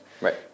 Right